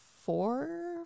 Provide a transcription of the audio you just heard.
four